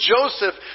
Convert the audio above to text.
Joseph